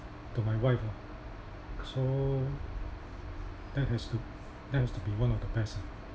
to my wife ah so that has to that has to be one of the best ah